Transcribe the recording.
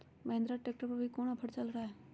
Mahindra tractor पर अभी कोन ऑफर चल रहा है?